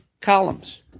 columns